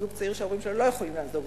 זוג צעיר שההורים שלו לא יכולים לעזור,